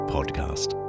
Podcast